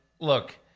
look